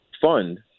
Fund